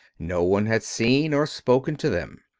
no one had seen or spoken to them.